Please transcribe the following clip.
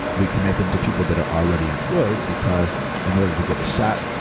we connect them to people that are already employed, because in order to get the shot,